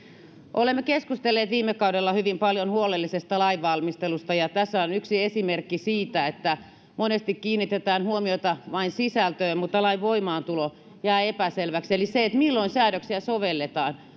olemme keskustelleet viime kaudella hyvin paljon huolellisesta lainvalmistelusta ja tässä on yksi esimerkki siitä että monesti kiinnitetään huomiota vain sisältöön mutta lain voimaantulo jää epäselväksi eli se milloin säädöksiä sovelletaan